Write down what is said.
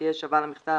שתהיה שווה למכסה